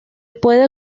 puede